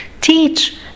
Teach